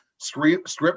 script